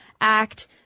act